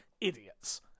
Idiots